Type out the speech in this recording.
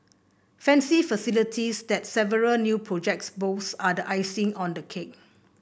fancy facilities that several new projects boast are the icing on the cake